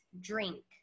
drink